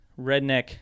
Redneck